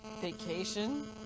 Vacation